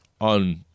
on